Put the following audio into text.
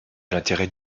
l’intérêt